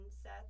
Seth